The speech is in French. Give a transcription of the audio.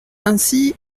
ainsi